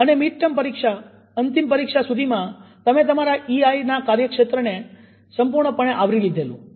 અને mid term પરીક્ષા અંતિમ પરીક્ષા સુધીમાં તમે તમારા ઈઆઈ નાં કાર્યક્ષેત્રને સંપૂર્ણપણે આવરી લીધેલું